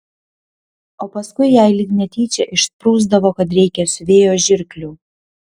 o paskui jai lyg netyčia išsprūsdavo kad reikia siuvėjo žirklių